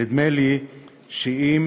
זאת